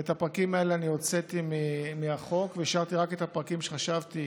ואת הפרקים האלה הוצאתי מהחוק והשארתי רק את הפרקים שחשבתי